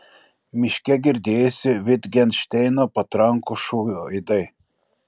miške girdėjosi vitgenšteino patrankų šūvių aidai